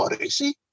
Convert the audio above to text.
see